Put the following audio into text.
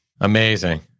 Amazing